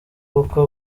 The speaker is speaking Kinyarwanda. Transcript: kuko